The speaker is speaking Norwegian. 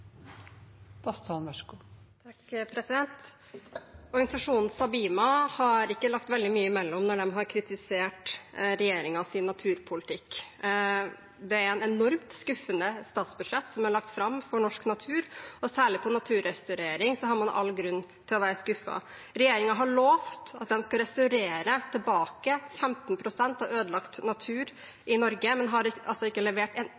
Organisasjonen Sabima har ikke lagt veldig mye imellom når de har kritisert regjeringens naturpolitikk. Det er et enormt skuffende statsbudsjett som er lagt fram hva gjelder norsk natur, og særlig på naturrestaurering har man all grunn til å være skuffet. Regjeringen har lovt at de skal restaurere tilbake 15 pst. av ødelagt natur i Norge, men har altså ikke levert en